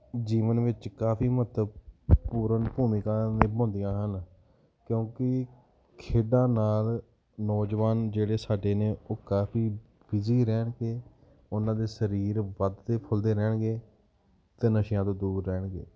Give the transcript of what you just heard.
ਜੀਵਨ ਵਿੱਚ ਕਾਫ਼ੀ ਮਹੱਤਵਪੂਰਨ ਭੂਮਿਕਾ ਨਿਭਾਉਂਦੀਆ ਹਨ ਕਿਉਕਿ ਖੇਡਾਂ ਨਾਲ ਨੌਜਵਾਨ ਜਿਹੜੇ ਸਾਡੇ ਨੇ ਉਹ ਕਾਫ਼ੀ ਬਿਜੀ ਰਹਿਣਗੇ ਉਹਨਾਂ ਦੇ ਸਰੀਰ ਵੱਧਦੇ ਫੁੱਲਦੇ ਰਹਿਣਗੇ ਅਤੇ ਨਸ਼ਿਆਂ ਤੋਂ ਦੂਰ ਰਹਿਣਗੇ